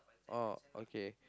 oh okay